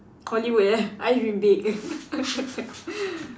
Hollywood eh I dream big